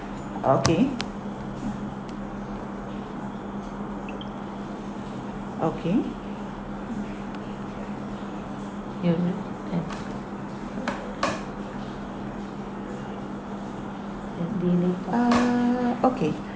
okay okay you know and and beneath uh okay